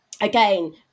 again